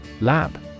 Lab